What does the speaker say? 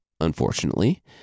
Unfortunately